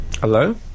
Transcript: Hello